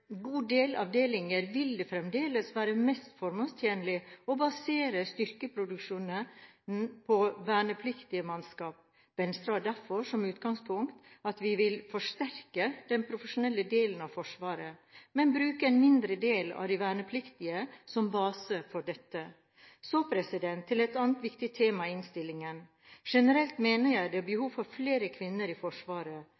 god del avdelinger vil det fremdeles være mest formålstjenlig å basere styrkeproduksjonen på vernepliktig mannskap. Venstre har derfor som utgangspunkt at vi vil forsterke den profesjonelle delen av Forsvaret, men bruke en mindre del av de vernepliktige som base for dette. Så til et annet viktig tema i innstillingen. Generelt mener jeg at det er